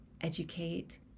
educate